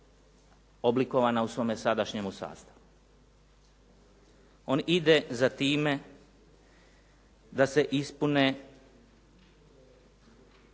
oblikovana u svome sadašnjemu sastavu. On ide za time da se ispune